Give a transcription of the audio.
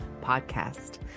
podcast